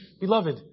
beloved